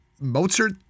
Mozart